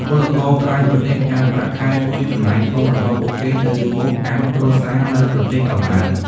ពលករក្រៅប្រទេសផ្ញើប្រាក់ខែមួយចំណែកធំរបស់ពួកគេទៅមកកាន់គ្រួសារនៅប្រទេសកំណើត។